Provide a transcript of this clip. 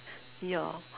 ya